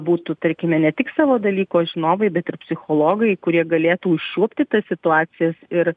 būtų tarkime ne tik savo dalyko žinovai bet ir psichologai kurie galėtų užčiuopti tas situacijas ir